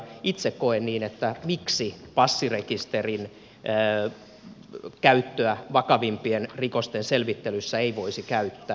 itse koen niin että miksi passirekisterin käyttöä vakavimpien rikosten selvittelyssä ei voisi käyttää